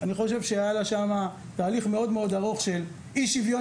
היה תהליך מאוד מאוד ארוך של אי-שוויון